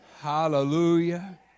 Hallelujah